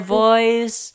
voice